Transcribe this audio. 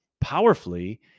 powerfully